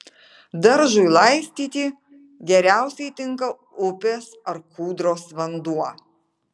daržui laistyti geriausiai tinka upės ar kūdros vanduo